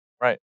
Right